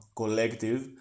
collective